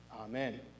amen